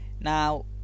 Now